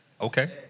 Okay